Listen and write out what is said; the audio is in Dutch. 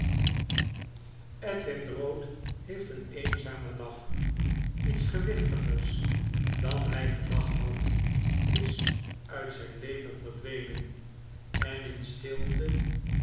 edwin drood heeft een eenzamer dag lets gewichtigers dan hy gedacht had is uit zgn leven verdwenen en in stilte